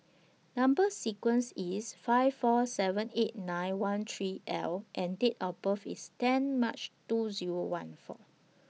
Number sequence IS five four seven eight nine one three L and Date of birth IS ten March two Zero one four